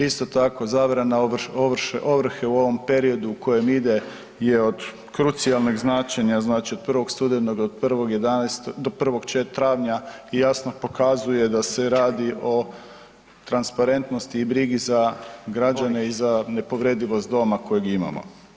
Isto tako, zabrana ovrhe u ovom periodu u kojem ide je od krucijalnog značenja, znači od 1. studenog do 1. travnja jasno pokazuje da se radi o transparentnosti i brizi za građane i za nepovredivost doma kojeg imamo.